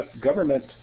government